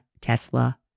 Tesla